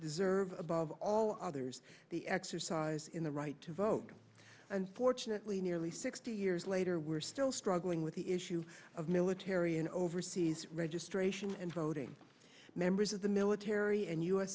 deserve above all others the exercise in the right to vote unfortunately nearly sixty years later we're still struggling with the issue of military and overseas registration and voting members of the military and u